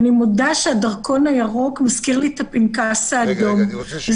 אני אסיים, מילה אחרונה ברשותך, אדוני היושב-ראש: